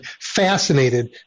fascinated